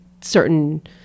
certain-